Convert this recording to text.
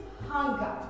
hunger